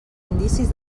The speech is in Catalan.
indicis